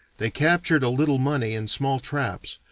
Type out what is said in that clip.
they captured a little money and small traps,